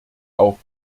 auch